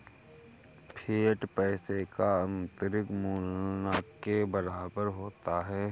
fiat पैसे का आंतरिक मूल्य न के बराबर होता है